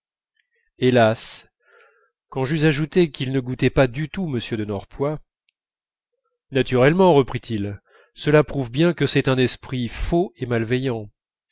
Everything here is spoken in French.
hélas quand j'eus ajouté qu'il ne goûtait pas du tout m de norpois naturellement reprit-il cela prouve bien que c'est un esprit faux et malveillant